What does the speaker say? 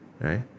right